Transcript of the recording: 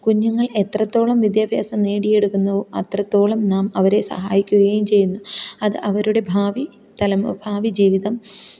കുഞ്ഞുങ്ങള് എത്രത്തോളം വിദ്യാഭ്യാസം നേടിയെടുക്കുന്നുവോ അത്രത്തോളം നാം അവരെ സഹായിക്കുകയും ചെയ്യുന്നു അത് അവരുടെ ഭാവി തലമു ഭാവി ജീവിതം